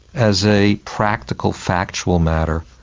as a practical, factual matter,